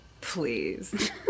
Please